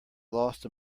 lost